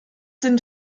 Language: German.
sind